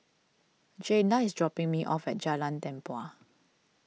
Jayda is dropping me off at Jalan Tempua